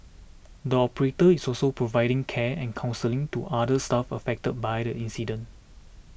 the operator is also providing care and counselling to other staff affected by the incident